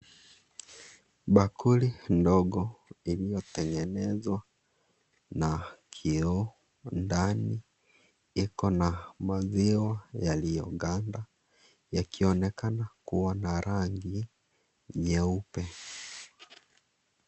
Bakuli ndogo, yenye utengenezwa na kioo, ndani kuna maziwa yaliyoganda, yakionekana kuwa na rangi nyeupe.